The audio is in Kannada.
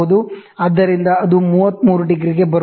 ಆದ್ದರಿಂದ ಅದು 33° ಗೆ ಬರುತ್ತಿಲ್ಲ